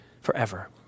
forever